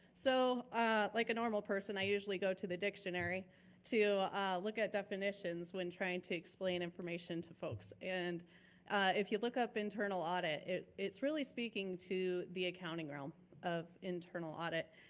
so like a normal person, i usually go to the dictionary to look at definitions when trying to explain information to folks. and if you look up internal audit, it's really speaking to the accounting realm of internal audit.